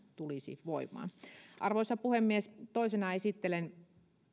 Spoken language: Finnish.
tulisi voimaan arvoisa puhemies toisena esittelen